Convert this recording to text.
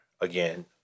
Again